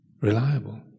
reliable